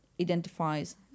identifies